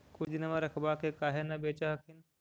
कुछ दिनमा रखबा के काहे न बेच हखिन?